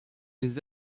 des